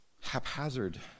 haphazard